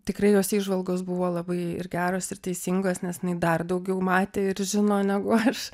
tikrai jos įžvalgos buvo labai ir geros ir teisingos nes jinai dar daugiau matė ir žino negu aš